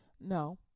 No